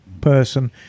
person